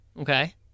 Okay